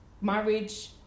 marriage